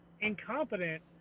incompetent